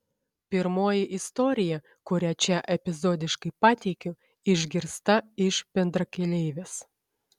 pirmoji istorija kurią čia epizodiškai pateikiu išgirsta iš bendrakeleivės